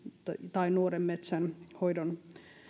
tai nuoren metsän hoidon